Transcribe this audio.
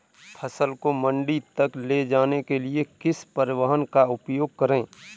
फसल को मंडी तक ले जाने के लिए किस परिवहन का उपयोग करें?